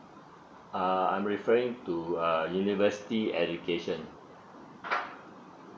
uh I'm referring to a university education